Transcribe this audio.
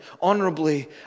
honorably